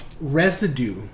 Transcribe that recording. residue